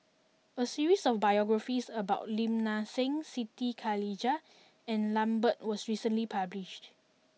a series of biographies about Lim Nang Seng Siti Khalijah and Lambert was recently published